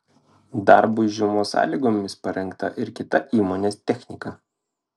darbui žiemos sąlygomis parengta ir kita įmonės technika